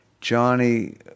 Johnny